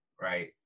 right